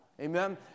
Amen